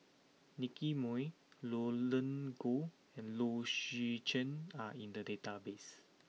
Nicky Moey Roland Goh and Low Swee Chen are in the database